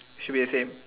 should be the same